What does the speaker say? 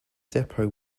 depot